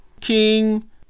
King